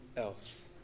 else